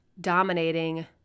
dominating